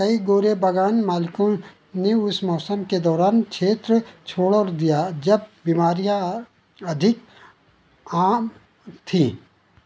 कई गोरे बागान मालिकों ने उस मौसम के दौरान क्षेत्र छोड़ दिया जब बीमारियाँ अधिक आम थी